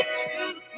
true